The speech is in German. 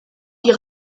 die